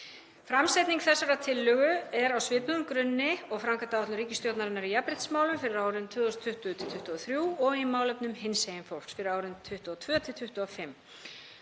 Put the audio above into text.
Framsetning þessarar tillögu er á svipuðum grunni og framkvæmdaáætlun ríkisstjórnarinnar í jafnréttismálum fyrir árin 2020–2023 og í málefnum hinsegin fólks fyrir árin 2022–2025.